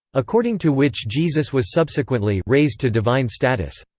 according to which jesus was subsequently raised to divine status.